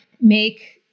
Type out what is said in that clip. make